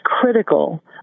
critical